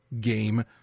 game